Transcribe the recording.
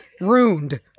Ruined